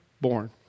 born